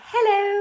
Hello